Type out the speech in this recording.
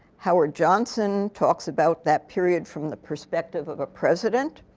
howard johnson talks about that period from the perspective of a president.